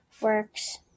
Works